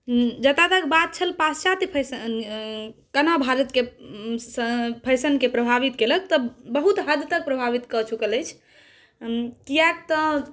जतऽ तक बात छल पाश्चात्य फैशनके केना भारतके फैशनके प्रभावित केलक तऽ बहुत हद तक प्रभावित कऽचुकल अछि किएक तऽ